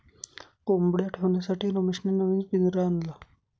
कोंबडया ठेवण्यासाठी रमेशने नवीन पिंजरा आणला